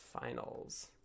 finals